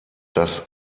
das